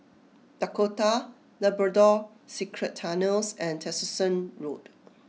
Dakota Labrador Secret Tunnels and Tessensohn Road